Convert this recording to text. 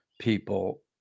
people